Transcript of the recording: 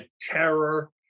terror